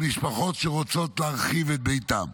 למשפחות שרוצות להרחיב את ביתן.